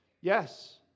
Yes